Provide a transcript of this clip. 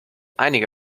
einige